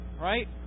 right